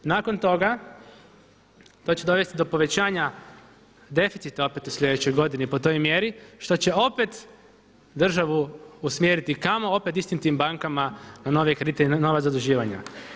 Nakon toga, to će dovesti do povećanja deficita opet u sljedećoj godini po toj mjeri što će opet državu usmjeriti kamo opet istim tim bankama na nove kredite i na nova zaduživanja.